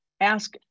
ask